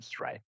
right